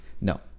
no